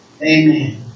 Amen